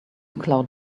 cloud